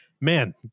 man